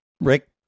Rick